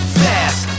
fast